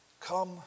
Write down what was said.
come